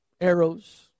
arrows